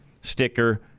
sticker